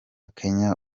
kenya